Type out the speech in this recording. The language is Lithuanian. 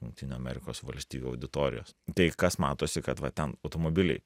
jungtinių amerikos valstijų auditorijos tai kas matosi kad va ten automobiliai